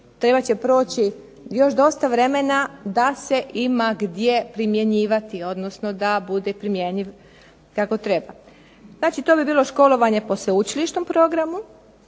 trebat će proći još dosta vremena da se ima gdje primjenjivati, odnosno da bude primjenjiv kako treba. Znači, to bi bilo školovanje po sveučilišnom programu,